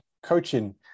coaching